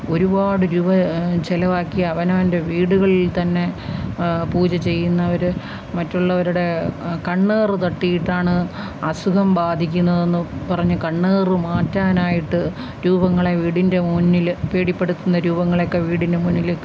ഒരുപാട് രൂപ ചെലവാക്കി അവനവൻ്റെ വീടുകളിൽ തന്നെ പൂജ ചെയ്യുന്നവര് മറ്റുള്ളവരുടെ കണ്ണേറു തട്ടിയിട്ടാണ് അസുഖം ബാധിക്കുന്നത് എന്ന് പറഞ്ഞു കണ്ണേറു മാറ്റാനായിട്ട് രൂപങ്ങളെ വീടിൻ്റെ മുന്നില് പേടിപ്പെടുത്തുന്ന രൂപങ്ങളൊക്കെ വീടിൻ്റെ മുന്നില്